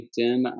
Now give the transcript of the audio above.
LinkedIn